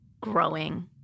growing